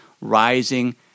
rising